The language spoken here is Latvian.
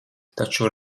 taču